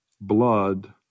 blood